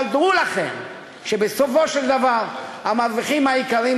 אבל דעו לכם שבסופו של דבר המרוויחים העיקריים,